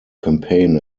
campaign